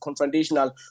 confrontational